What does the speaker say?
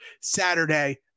Saturday